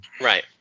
Right